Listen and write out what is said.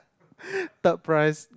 third prize